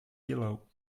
yellow